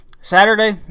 Saturday